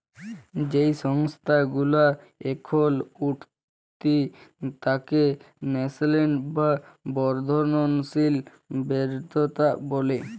যেই সংস্থা গুলা এখল উঠতি তাকে ন্যাসেন্ট বা বর্ধনশীল উদ্যক্তা ব্যলে